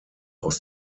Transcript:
aus